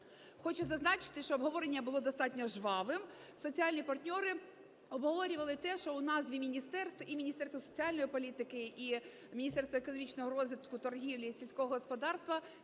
Хочу зазначити, що обговорення було достатньо жвавим. Соціальні партнери обговорювали те, що у назві міністерств: і Міністерства соціальної політики, і Міністерства економічного розвитку торгівлі і сільського господарства -